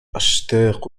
أشتاق